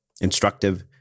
instructive